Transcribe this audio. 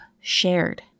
shared